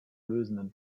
lösenden